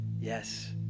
yes